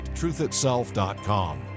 truthitself.com